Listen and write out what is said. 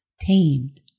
Tamed